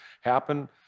happen